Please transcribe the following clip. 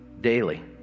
daily